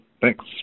Thanks